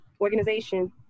organization